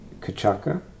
Kachaka